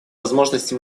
возможности